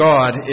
God